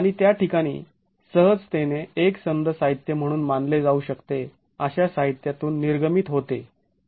आणि त्या ठिकाणी सहजतेने एकसंध साहित्य म्हणून मानले जाऊ शकते अशा साहित्यातून निर्गमित होते